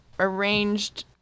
arranged